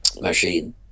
machine